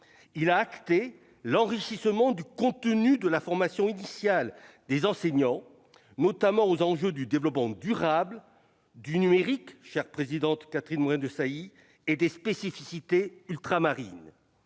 entériné l'enrichissement du contenu de la formation initiale des enseignants, notamment au regard des enjeux du développement durable, du numérique, chère présidente Catherine Morin-Desailly, et des spécificités ultramarines.